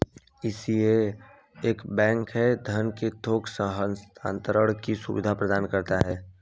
ECS एक bank से धन के थोक हस्तांतरण की सुविधा प्रदान करता है